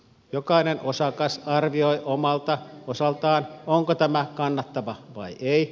jokainen osakas arvioi omalta osaltaan onko tämä kannattava vai ei